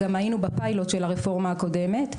היינו גם בפיילוט של הרפורמה הקודמת,